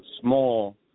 small